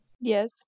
Yes